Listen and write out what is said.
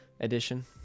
edition